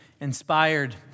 inspired